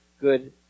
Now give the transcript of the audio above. good